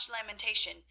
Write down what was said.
lamentation